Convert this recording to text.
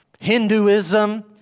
Hinduism